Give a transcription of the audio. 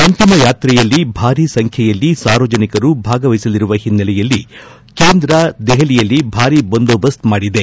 ಅಂತಿಮ ಯಾತ್ರೆಯಲ್ಲಿ ಭಾರೀ ಸಂಖ್ಯೆಯಲ್ಲಿ ಸಾರ್ವಜನಿಕರು ಭಾಗವಹಿಸಲಿರುವ ಹಿನ್ನೆಲೆಯಲ್ಲಿ ಕೇಂದ್ರ ದೆಹಲಿಯಲ್ಲಿ ಭಾರೀ ಬಂದೋಬಸ್ತ್ ಮಾಡಲಾಗಿದೆ